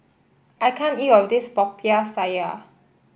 I can't eat all of this Popiah Sayur